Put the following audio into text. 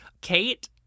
Kate